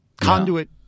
conduit